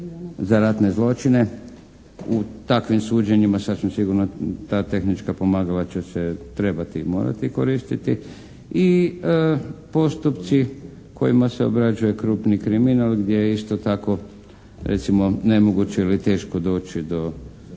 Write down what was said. za ratne zločine, u takvim suđenjima sasvim sigurno ta tehnička pomagala će se trebati i morati koristiti i postupci kojima se obrađuje krupni kriminal gdje je isto tako recimo, nemoguće ili teško doći do